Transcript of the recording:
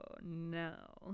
no